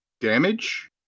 Damage